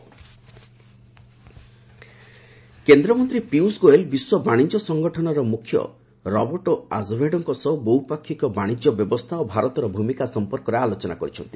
WEF Goyal କେନ୍ଦ୍ରମନ୍ତ୍ରୀ ପୀୟୁଷ ଗୋୟଲ୍ ବିଶ୍ୱ ବାଣିଜ୍ୟ ସଙ୍ଗଠନର ମୁଖ୍ୟ ରବର୍ଟୋ ଆଜେଭେଡ଼ୋଙ୍କ ସହ ବହୁପାକ୍ଷିକ ବାଶିଜ୍ୟ ବ୍ୟବସ୍ଥା ଏବଂ ଭାରତର ଭୂମିକା ସମ୍ପର୍କରେ ଆଲୋଚନା କରିଛନ୍ତି